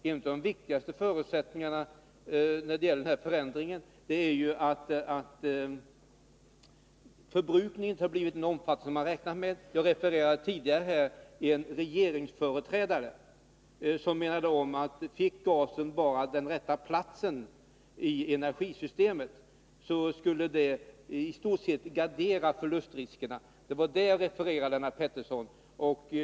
En av de viktigaste orsakerna till förändringen är att förbrukningen inte blir så stor som man räknat med. Jag refererade tidigare till en regeringsföreträdare som menade att om gasen bara fick den rätta platsen i energisystemet, skulle förlustriskerna i stort sett garderas. Det var det jag refererade till, Lennart Pettersson.